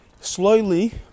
slowly